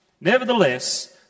Nevertheless